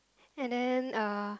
and then uh